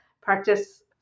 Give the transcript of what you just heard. practice